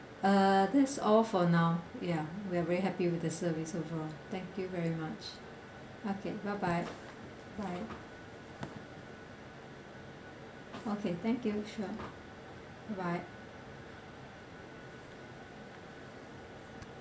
uh that's all for now ya we're very happy with the service also thank you very much okay bye bye bye okay thank you sure bye bye